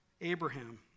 Abraham